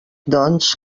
doncs